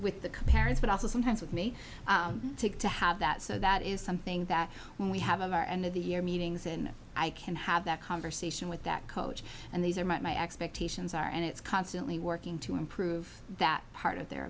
with the comparison also sometimes with me take to have that so that is something that we have of our end of the year meetings and i can have that conversation with that coach and these are my expectations are and it's constantly working to improve that part of their